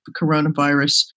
coronavirus